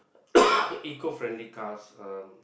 eco friendly cars um